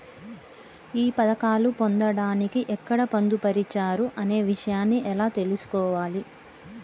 ఈ పథకాలు పొందడానికి ఎక్కడ పొందుపరిచారు అనే విషయాన్ని ఎలా తెలుసుకోవాలి?